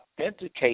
authenticate